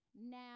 now